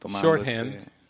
shorthand